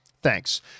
Thanks